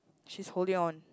she's holding on